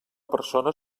persona